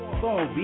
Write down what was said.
phone